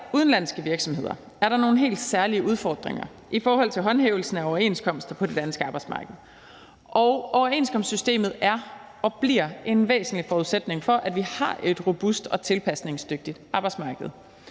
udenlandske virksomheder, er der nogle helt særlige udfordringer i forhold til håndhævelsen af overenskomster på det danske arbejdsmarked, og overenskomstsystemet er og bliver en væsentlig forudsætning for, at vi har et robust og tilpasningsdygtigt arbejdsmarked.